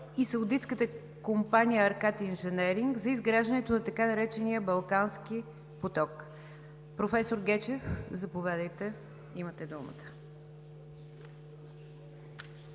и саудитската компания „Аркат инженеринг“ за изграждането на така наречения „Балкански поток“. Професор Гечев, заповядайте. Имате думата.